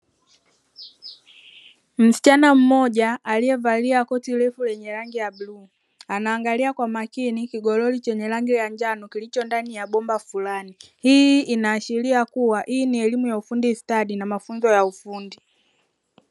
Msichana mmoja aliyevalia koti lenye la rangi ya bluu, anaangalia kwa makini kigololi chenye rangi ya njano kilicho ndani ya bomba flani. Hii inaashiria kuwa hii ni elimu ya ufundi stadi na mafunzo ya ufundi.